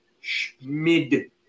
schmid